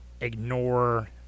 ignore